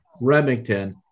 Remington